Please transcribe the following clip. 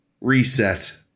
reset